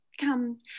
Come